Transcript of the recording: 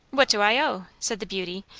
what do i owe? said the beauty,